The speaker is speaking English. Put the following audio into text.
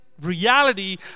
reality